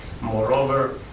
Moreover